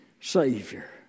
Savior